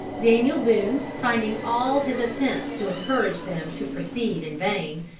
daniel boone, finding all his attempts to encourage them to proceed in vain,